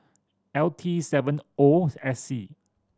L T seven O S C